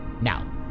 Now